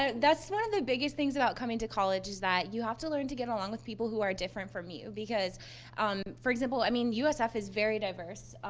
ah that's one of the biggest things about coming to college is that you have to learn to get along with who are different from you. because um for example, i mean, usf is very diverse.